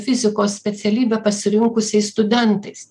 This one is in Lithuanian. fizikos specialybę pasirinkusiais studentais